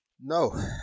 No